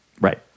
Right